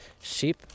Sheep